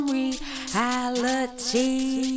reality